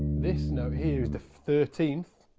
this note here is the thirteenth.